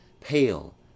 pale